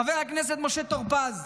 חבר הכנסת משה טור פז,